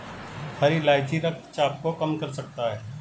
हरी इलायची रक्तचाप को कम कर सकता है